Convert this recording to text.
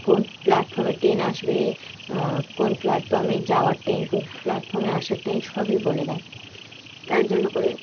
কোন প্ল্যাটফর্মে ট্রেন আসবে কোন প্ল্যাটফর্মে যাওয়ার ট্রেন কোন প্ল্যাটফর্মে আসার ট্রেন সবই বলে দেয় তার জন্য করে